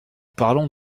parlons